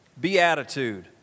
beatitude